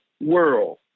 world